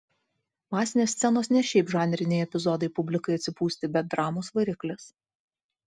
masinės scenos ne šiaip žanriniai epizodai publikai atsipūsti bet dramos variklis